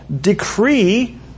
decree